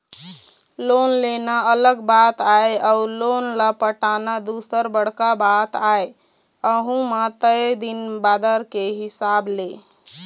loan लेना अलग बात आय अउ लोन ल पटाना दूसर बड़का बात आय अहूँ म तय दिन बादर के हिसाब ले